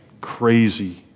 crazy